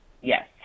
Yes